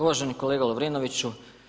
Uvaženi kolega Lovrinoviću.